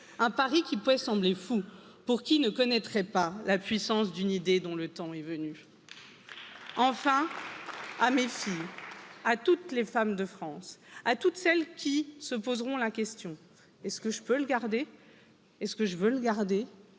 un pari qui pouvait sembler fou pour qui nee connaîtrait pas la puissance d'une idée dont le temps est venu. À mes filles, à toutes les femmes de France, à toutes celles qui se poseront la question est ce que je peux le garder, est ce que je veux le garder,